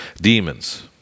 demons